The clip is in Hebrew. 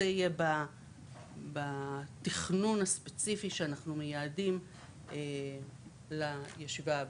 זה יהיה בתכנון הספציפי שאנחנו מייעדים לישיבה הבאה.